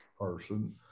person